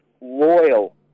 loyal